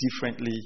differently